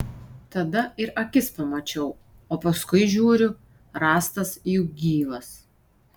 tada ir akis pamačiau o paskui žiūriu rąstas juk gyvas